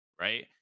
right